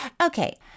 Okay